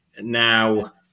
Now